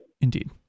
Indeed